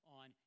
on